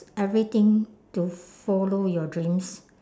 everything to follow your dreams